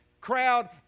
crowd